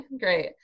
Great